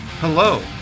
Hello